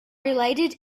related